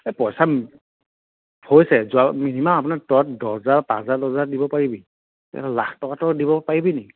এই পইচা হৈছে যোৱা মিনিমাম আপোনাৰ তাত দহ হেজাৰ পাঁচ হেজাৰ দহ হেজাৰ দিব পাৰিবি কিন্তু লাখ টকাতো দিব পাৰিবি নি